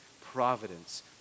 providence